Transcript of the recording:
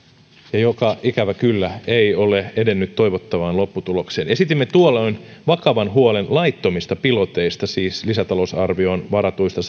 ja joka ikävä kyllä ei ole edennyt toivottavaan lopputulokseen esitimme tuolloin vakavan huolen laittomista piloteista siis lisätalousarvioon varatusta